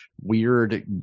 weird